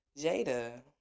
Jada